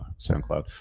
SoundCloud